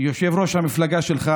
יושב-ראש המפלגה שלך,